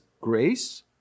grace